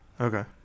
Okay